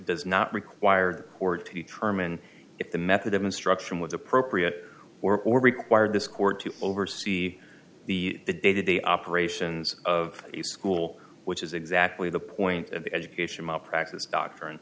does not required order to determine if the method of instruction was appropriate or required this court to oversee the day to day operations of the school which is exactly the point of the education malpractise doctrine